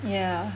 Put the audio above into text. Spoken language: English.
yeah